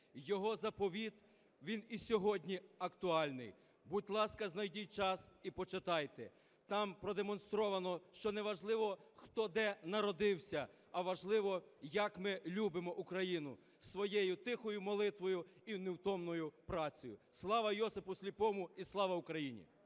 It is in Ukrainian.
Його заповіт, він і сьогодні актуальний. Будь ласка, знайдіть час і почитайте. Там продемонстровано, що неважливо, хто де народився, а важливо, як ми любимо Україну: своєю тихою молитвою і невтомною працею. Слава Йосипу Сліпому! І слава Україні!